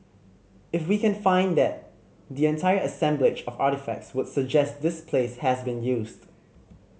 if we can find that the entire assemblage of artefacts would suggest this place has been used